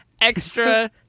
extra